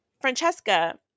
Francesca